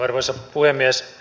arvoisa puhemies